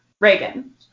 Reagan